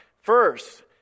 First